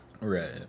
right